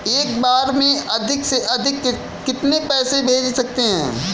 एक बार में अधिक से अधिक कितने पैसे भेज सकते हैं?